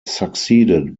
succeeded